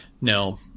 no